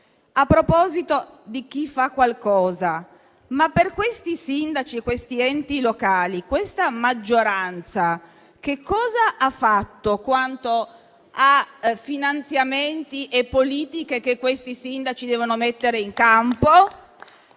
A proposito di chi fa qualcosa, vorrei chiedere: ma per i sindaci e gli enti locali, questa maggioranza che cosa ha fatto, quanto a finanziamenti e politiche che i sindaci devono mettere in campo?